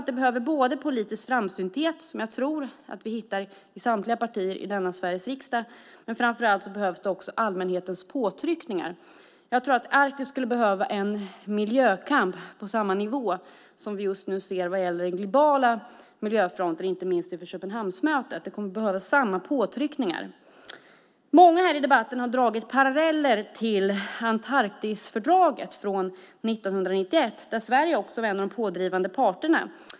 Det behövs politisk framsynthet, som jag tror att vi hittar i samtliga partier i Sveriges riksdag, men framför allt påtryckningar från allmänheten. Arktis skulle behöva en miljökamp på samma nivå som vi just nu ser på den globala miljöfronten, inte minst inför Köpenhamnsmötet. Det kommer att behövas samma påtryckningar. Många har i debatten dragit paralleller till Antarktisfördraget från 1991 då Sverige var en av de pådrivande parterna.